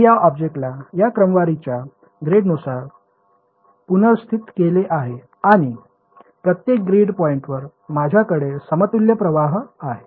मी या ऑब्जेक्टला या क्रमवारीच्या ग्रेडनुसार पुनर्स्थित केले आहे आणि प्रत्येक ग्रीड पॉईंटवर माझ्याकडे समतुल्य प्रवाह आहे